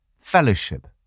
fellowship